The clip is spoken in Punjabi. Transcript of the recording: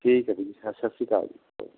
ਠੀਕ ਹੈ ਵੀਰ ਜੀ ਸ ਸਤਿ ਸ਼੍ਰੀ ਅਕਾਲ ਜੀ ਓ